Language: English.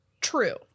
True